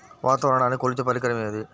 వాతావరణాన్ని కొలిచే పరికరం ఏది?